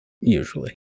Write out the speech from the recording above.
Usually